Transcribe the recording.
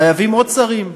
חייבים עוד שרים,